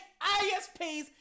ISPs